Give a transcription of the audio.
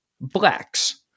blacks